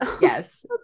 Yes